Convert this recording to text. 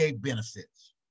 benefits